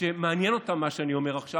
שמעניין אותם מה שאני אומר עכשיו: